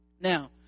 Now